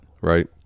Right